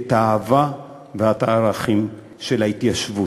את האהבה ואת הערכים של ההתיישבות.